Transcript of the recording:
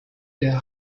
der